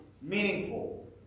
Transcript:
meaningful